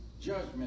judgment